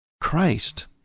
Christ